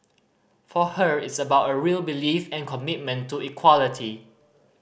for her it's about a real belief and commitment to equality